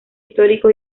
histórico